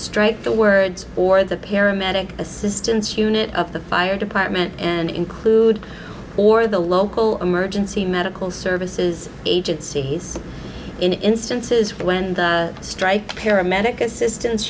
strike the words or the paramedic assistants unit of the fire department and include or the local emergency medical services agencies in instances when the strike paramedic assistance